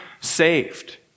saved